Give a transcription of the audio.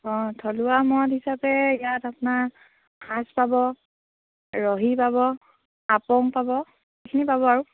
অঁ থলুৱা মদ হিচাপে ইয়াত আপোনাৰ সাজ পাব ৰহি পাব আপং পাব এইখিনি পাব আৰু